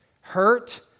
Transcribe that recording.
Hurt